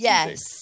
Yes